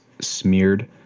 smeared